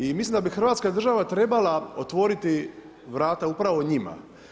I mislim da bi Hrvatska država trebala otvoriti vrata upravo njima.